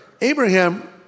Abraham